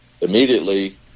Immediately